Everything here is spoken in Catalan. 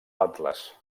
atles